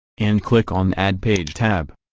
and click on add page tab